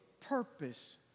purpose